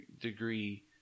degree